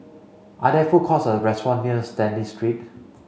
are there food courts or restaurant near Stanley Street